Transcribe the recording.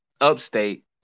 Upstate